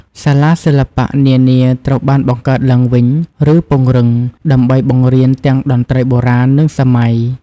សាលាសិល្បៈនានាត្រូវបានបង្កើតឡើងវិញ ឬពង្រឹង ដើម្បីបង្រៀនទាំងតន្ត្រីបុរាណ និងសម័យ។